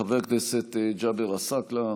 חבר הכנסת ג'אבר עסאקלה,